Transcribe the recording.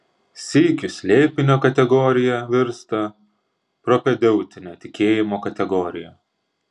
sykiu slėpinio kategorija virsta propedeutine tikėjimo kategorija